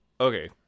Okay